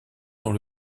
dans